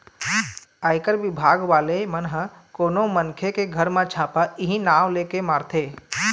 आयकर बिभाग वाले मन ह कोनो मनखे के घर म छापा इहीं नांव लेके ही मारथे